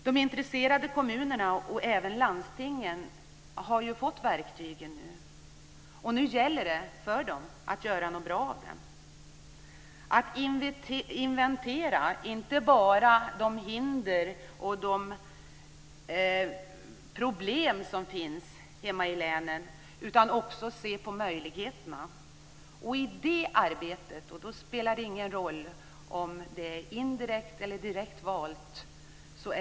De intresserade kommunerna och även landstingen har nu fått verktygen, och det gäller nu för dem att göra något bra med dem. De kan nu inte bara inventera de hinder och problem som finns i sina län utan de kan också se möjligheterna. Då spelar det ingen roll om det är fråga om det är direkt eller direkt valt.